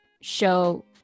show